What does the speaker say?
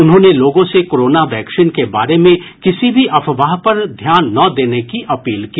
उन्होंने लोगों से कोरोना वैक्सीन के बारे में किसी भी अफवाह पर ध्यान ना देने की अपील की